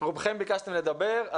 רובכם ביקשתם לדבר.